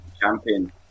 champion